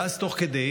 ואז תוך כדי,